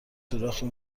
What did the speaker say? سوراخی